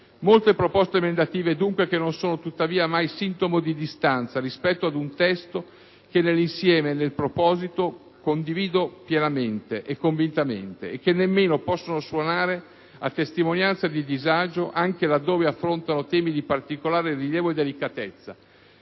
Molte proposte emendative, dunque, che non sono tuttavia mai sintomo di distanza rispetto ad un testo che, nell'insieme e nel proposito, condivido pienamente e convintamente, e che nemmeno possono suonare a testimonianza di disagio, anche laddove affrontano temi di particolare rilievo e delicatezza,